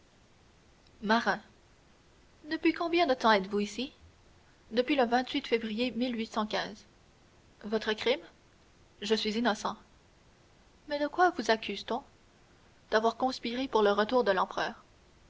marin depuis combien de temps êtes-vous ici depuis le février votre crime je suis innocent mais de quoi vous accuse t on d'avoir conspiré pour le retour de l'empereur